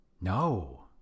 No